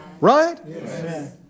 Right